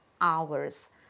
hours